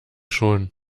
schon